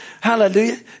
Hallelujah